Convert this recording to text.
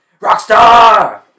Rockstar